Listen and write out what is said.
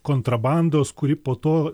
kontrabandos kuri po to